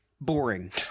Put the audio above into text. Boring